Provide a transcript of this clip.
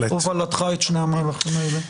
הובלתך את שני המהלכים האלה.